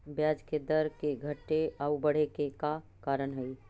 ब्याज दर के घटे आउ बढ़े के का कारण हई?